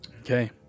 Okay